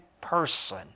person